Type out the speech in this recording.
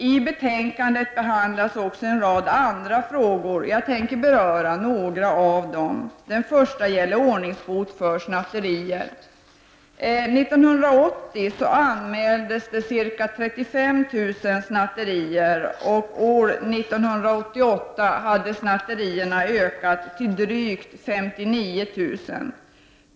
I betänkandet behandlas även en rad andra frågor. Jag tänker beröra några av dem. Den första gäller ordningsbot vid snatterier. 1980 anmäldes ca 35 000 snatterier, och 1988 hade detta antal ökat till drygt 59000.